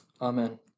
Amen